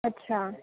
अच्छा